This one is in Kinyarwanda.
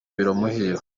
biramuhira